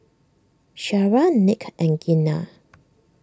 Shara Nick and Gena